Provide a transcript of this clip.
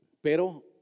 Pero